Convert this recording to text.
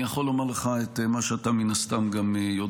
אני יכול לומר לך את מה שאתה מן הסתם יודע: